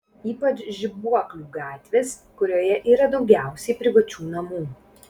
ypač žibuoklių gatvės kurioje yra daugiausiai privačių namų